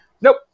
Nope